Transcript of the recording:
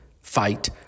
fight